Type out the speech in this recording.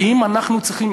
האם אנחנו צריכים,